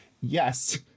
Yes